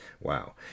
Wow